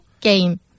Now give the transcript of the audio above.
game